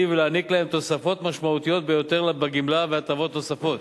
ולהעניק להם תוספות משמעותיות ביותר בגמלה והטבות נוספות.